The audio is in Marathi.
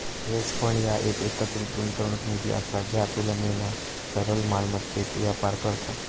हेज फंड ह्या एक एकत्रित गुंतवणूक निधी असा ज्या तुलनेना तरल मालमत्तेत व्यापार करता